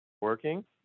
working